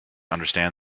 understand